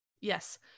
Yes